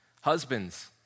Husbands